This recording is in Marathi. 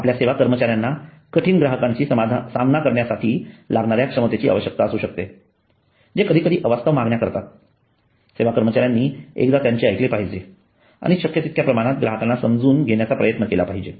आपल्या सेवा कर्मचाऱ्यांना कठीण ग्राहकांशी सामना करण्यासाठी लागणाऱ्या क्षमतेची आवश्यकता असू शकते जे कधीकधी अवास्तव मागण्या करतात सेवा कर्मचाऱ्यांनी एकदा त्यांचे ऐकले पाहिजे आणि शक्य तितक्या प्रमाणात ग्राहकांना सामावून घेण्याचा प्रयत्न केला पाहिजे